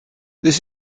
this